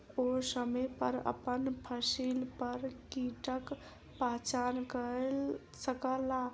ओ समय पर अपन फसिल पर कीटक पहचान कय सकला